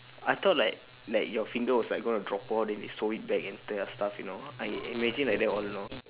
I thought like like your finger was like gonna drop off then they sew it back into your stuff you know I imagine like that all along